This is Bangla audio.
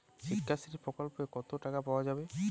শিক্ষাশ্রী প্রকল্পে কতো টাকা পাওয়া যাবে?